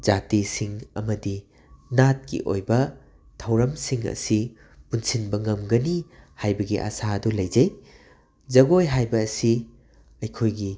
ꯖꯥꯇꯤꯁꯤꯡ ꯑꯃꯗꯤ ꯅꯥꯠꯀꯤ ꯑꯣꯏꯕ ꯊꯧꯔꯝꯁꯤꯡ ꯑꯁꯤ ꯄꯨꯟꯁꯤꯟꯕ ꯉꯝꯒꯅꯤ ꯍꯥꯏꯕꯒꯤ ꯑꯥꯁꯥꯗꯨ ꯂꯩꯖꯩ ꯖꯒꯣꯏ ꯍꯥꯏꯕ ꯑꯁꯤ ꯑꯩꯈꯣꯏꯒꯤ